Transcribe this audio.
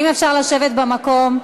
אם אפשר לשבת במקום.